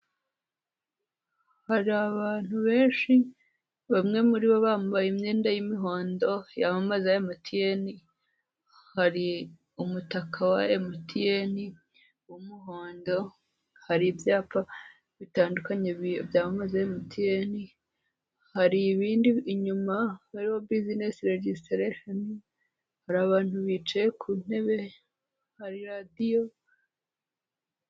Hari abantu benshi, bamwe muri bo bambaye imyenda y'imihondo, yamamaza emutiyeni, hari umutaka wa emutiyeni w'umuhondo, hari ibyapa bitandukanye byamamaza emutiyeni, hari ibindi inyuma, biriho business registration, hari abantu bicaye ku ntebe, hari radiyo.